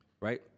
Right